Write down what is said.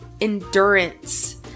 endurance